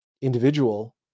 individual